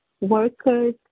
workers